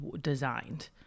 designed